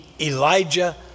Elijah